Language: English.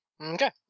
Okay